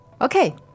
Okay